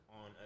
on